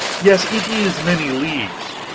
yes, it is many leagues.